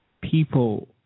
people